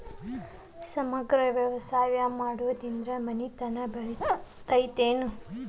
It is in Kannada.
ಸಮಗ್ರ ವ್ಯವಸಾಯ ಮಾಡುದ್ರಿಂದ ಮನಿತನ ಬೇಳಿತೈತೇನು?